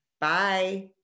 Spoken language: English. bye